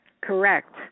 Correct